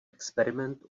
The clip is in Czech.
experiment